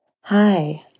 Hi